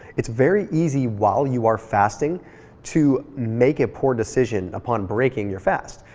it's very easy while you are fasting to make a poor decision upon breaking your fast.